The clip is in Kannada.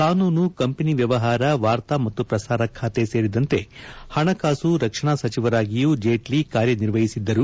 ಕಾನೂನು ಕಂಪನಿ ವ್ಯವಹಾರ ವಾರ್ತಾ ಮತ್ತು ಪ್ರಸಾರ ಖಾತೆ ಸೇರಿದಂತೆ ಹಣಕಾಸು ರಕ್ಷಣಾ ಸಚಿವರಾಗಿಯೂ ಜೇಟ್ಲಿ ಕಾರ್ಯನಿರ್ವಹಿಸಿದ್ದರು